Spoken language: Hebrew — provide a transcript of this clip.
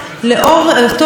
גם מדינת ישראל,